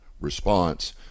response